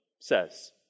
says